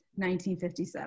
1957